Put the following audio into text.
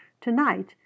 Tonight